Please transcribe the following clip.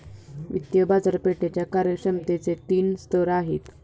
वित्तीय बाजारपेठेच्या कार्यक्षमतेचे तीन स्तर आहेत